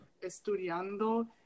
estudiando